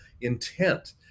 intent